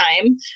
time